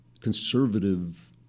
conservative